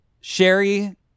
Sherry